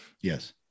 Yes